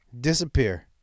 disappear